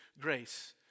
grace